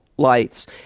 Lights